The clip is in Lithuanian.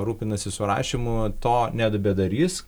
rūpinasi surašymu to nebedarys